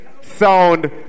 sound